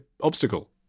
obstacle